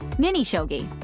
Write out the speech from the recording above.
mini shogi.